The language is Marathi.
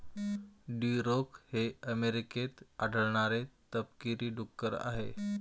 ड्युरोक हे अमेरिकेत आढळणारे तपकिरी डुक्कर आहे